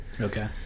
Okay